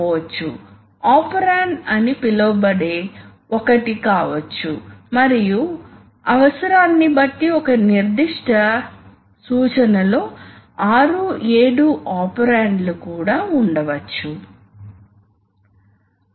ఇది వాస్తవానికి ఈ పొజిషన్ కి అనుసంధానించబడుతుంది మరియు ఇది వాస్తవానికి దీనికి అనుసంధానించబడి ఉంది ఈ రెండవ వైపుకు కాబట్టి వాస్తవానికి అది అక్కడికి వెళ్ళదు అది ఎడమ వైపుకు వెళ్తుంది